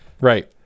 Right